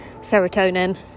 serotonin